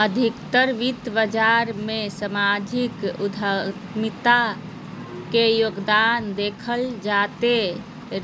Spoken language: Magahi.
अधिकतर वित्त बाजार मे सामाजिक उद्यमिता के योगदान देखल जाते